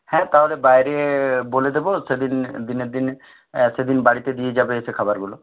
হ্যাঁ তাহলে বাইরে বলে দেবো সেদিন দিনের দিন সেদিন বাড়িতে দিয়ে যাবে এসে খাবারগুলো